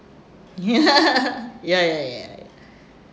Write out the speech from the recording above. ya ya ya ya